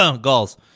Galls